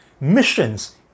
missions